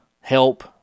help